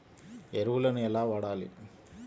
ఎరువులను ఎలా వాడాలి?